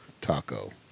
Taco